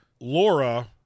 Laura